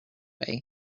way